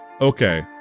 okay